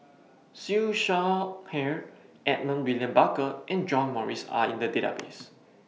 Siew Shaw Her Edmund William Barker and John Morrice Are in The Database